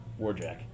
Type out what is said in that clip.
warjack